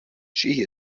she